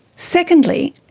secondly,